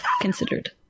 considered